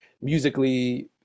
musically